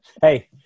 Hey